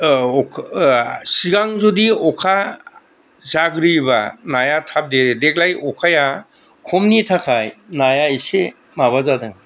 सिगां जुदि अखा जाग्रोयोबा नाया थाब देरो देग्लाय अखाया खमनि थाखाय नाया एसे माबा जादों